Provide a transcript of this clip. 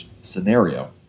scenario